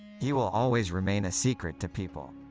he will always remain a secret to people.